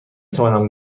توانم